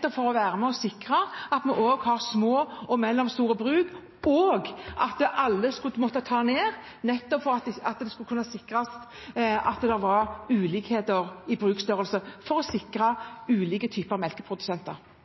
– for å være med på å sikre at vi også har små og mellomstore bruk, og at alle må ta ned for å sikre at det er ulikheter i bruksstørrelse for å sikre ulike typer melkeprodusenter. Geir Pollestad – til oppfølgingsspørsmål. Det er ingen tvil om at Senterpartiet var lite glad for